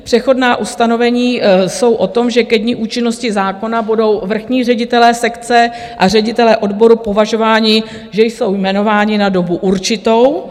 Přechodná ustanovení jsou o tom, že ke dni účinnosti zákona budou vrchní ředitelé sekce a ředitelé odboru považováni, že jsou jmenováni na dobu určitou.